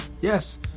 yes